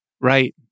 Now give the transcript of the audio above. Right